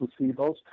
placebos